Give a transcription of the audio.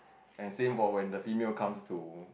and same for the female comes to